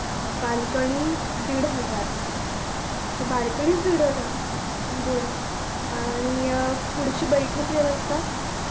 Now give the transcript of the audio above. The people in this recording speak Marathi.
अच्छा बाल्कणी दीड हजार अच्छा बाल्कणीच दीड हजार बरं आणि पुढची बैठक व्यवस्था